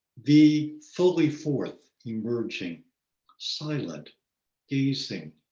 the fully fourth, emerging silent hissing,